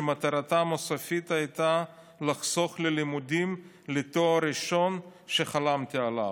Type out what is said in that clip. שמטרתם הסופית הייתה לחסוך ללימודים לתואר ראשון שחלמתי עליו.